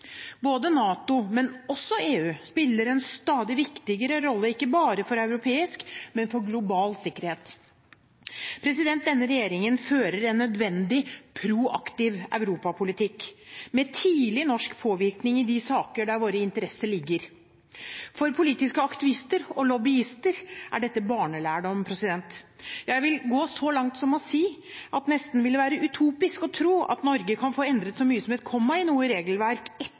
Både NATO og EU spiller en stadig viktigere rolle ikke bare for europeisk, men også for global sikkerhet. Denne regjeringen fører en nødvendig proaktiv europapolitikk, med tidlig norsk påvirkning i de saker der våre interesser ligger. For politiske aktivister og lobbyister er dette barnelærdom. Ja, jeg vil gå så langt som å si at det nesten ville være utopisk å tro at Norge kan få endret så mye som et komma i noe regelverk